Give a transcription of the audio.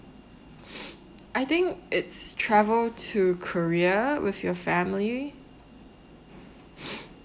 I think it's travel to korea with your family